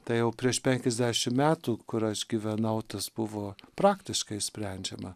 tai jau prieš penkiasdešim metų kur aš gyvenau tas buvo praktiškai sprendžiama